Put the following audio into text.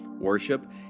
worship